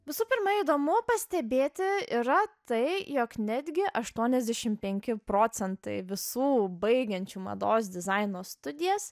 visų pirma įdomu pastebėti yra tai jog netgi aštuoniasdešim penki procentai visų baigiančių mados dizaino studijas